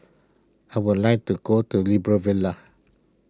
I would like to call to Libreville